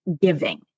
giving